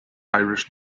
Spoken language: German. irish